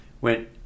went